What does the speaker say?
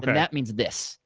that means this.